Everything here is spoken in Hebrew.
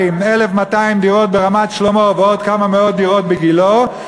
1,200 דירות ברמת-שלמה ועוד כמה מאות דירות בגילה,